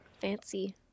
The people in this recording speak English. Fancy